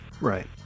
right